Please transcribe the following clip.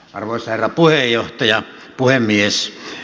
arvoisa herra puhemies